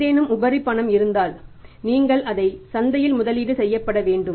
ஏதேனும் உபரி பணம் இருந்தால் நீங்கள் சந்தையில் முதலீடு செய்யப்பட வேண்டும்